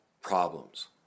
problems